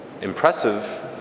impressive